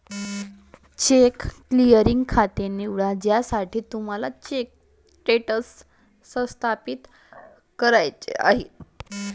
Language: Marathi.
चेक क्लिअरिंग खाते निवडा ज्यासाठी तुम्हाला चेक स्टेटस सत्यापित करायचे आहे